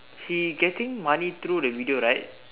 he getting money through the video right